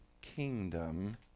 kingdom